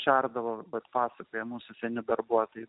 šerdavo bet pasakoja mūsų seni darbuotojai